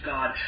God